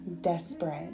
desperate